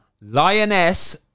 Lioness